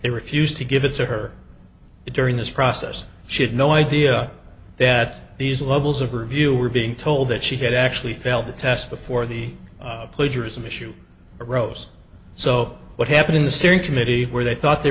they refused to give it to her during this process she had no idea that these levels of review were being told that she had actually failed the test before the plagiarism issue arose so what happened in the steering committee where they thought they